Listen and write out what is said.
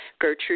Gertrude